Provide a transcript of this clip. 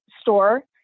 store